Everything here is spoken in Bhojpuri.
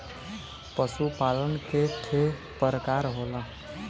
पशु पालन के ठे परकार होला